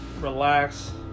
relax